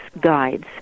guides